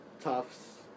Tufts